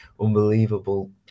unbelievable